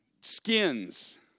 skins